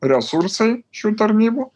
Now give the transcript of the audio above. resursai šių tarnybų